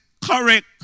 correct